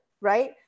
right